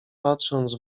patrząc